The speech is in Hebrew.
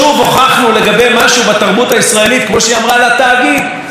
שאם אנחנו לא שולטים בזה מה זה שווה לנו.